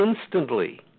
instantly